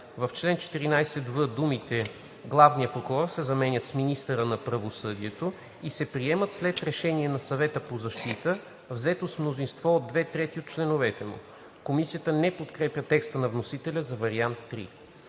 В чл. 14в думите „главния прокурор“ се заменят с „министъра на правосъдието“ и се приемат след решение на Съвета по защита, взето с мнозинство от 2/3 от членовете му.“ Комисията не подкрепя по принцип текста на вносителя за вариант